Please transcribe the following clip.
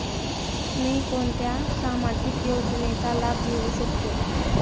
मी कोणत्या सामाजिक योजनेचा लाभ घेऊ शकते?